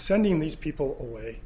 sending these people alway